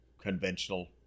conventional